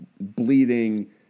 bleeding